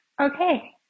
okay